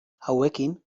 hauekin